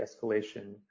escalation